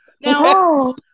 now